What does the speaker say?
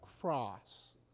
cross